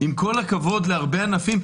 עם כל הכבוד להרבה ענפים,